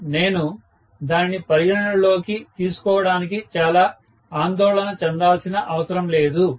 3 నేను దానిని పరిగణనలోకి తీసుకోవడానికి చాలా ఆందోళన చెందాల్సిన అవసరం లేదు